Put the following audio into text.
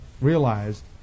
realized